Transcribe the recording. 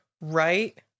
right